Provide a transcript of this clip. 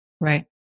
right